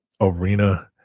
arena